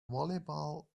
volleyball